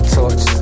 touch